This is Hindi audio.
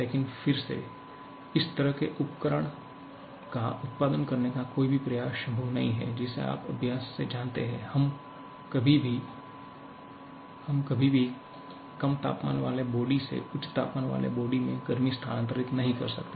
लेकिन फिर से इस तरह के एक उपकरण का उत्पादन करने का कोई भी प्रयास संभव नहीं है जिसे आप अभ्यास से जानते हैं हम कभी भी कम तापमान वाले बॉडी से उच्च तापमान वाले बॉडी में गर्मी स्थानांतरित नहीं कर सकते